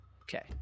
Okay